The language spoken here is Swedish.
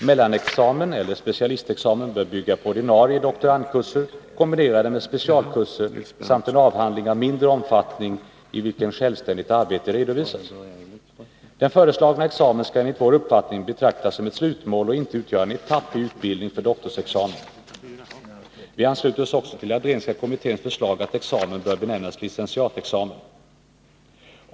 Mellanexamen eller specialistexamen bör bygga på ordinarie doktorandkurser kombinerade med specialkurser samt en avhandling av mindre omfattning, i vilken självständigt arbete redovisas. Den föreslagna examen skall enligt vår uppfattning betraktas som ett slutmål och inte utgöra en etapp i utbildning för doktorsexamen. Vi ansluter oss också till Andrénska kommitténs förslag att examen bör benämnas licentiatexamen.